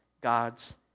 God's